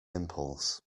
impulse